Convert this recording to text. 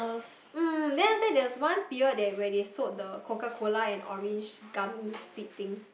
mm then after that there was one period that where they sold the Coca Cola and orange gummy sweet thing